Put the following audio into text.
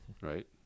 right